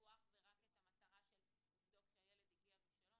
ישרתו אך ורק את המטרה של לבדוק שהילד הגיע בשלום,